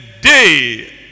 day